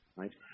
right